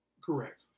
Correct